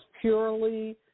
purely